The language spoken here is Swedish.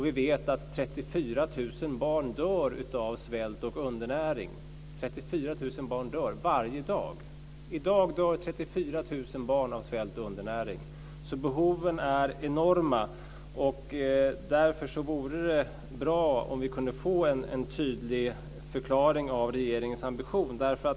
Vi vet också att 34 000 barn dör av svält och undernäring varje dag. I dag dör 34 000 barn av svält och undernäring! Behoven är alltså enorma. Därför vore det bra om vi kunde få en tydlig förklaring av regeringens ambition.